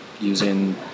using